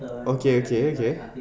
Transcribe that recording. okay okay